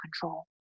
control